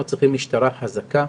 אנחנו צריכים משטרה חזקה,